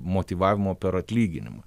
motyvavimo per atlyginimą